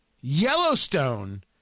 Yellowstone